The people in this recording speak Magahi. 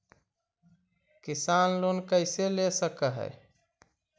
किसान लोन कैसे ले सक है?